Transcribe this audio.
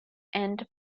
and